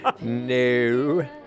No